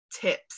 tips